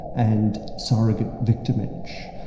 and surrogate victimage,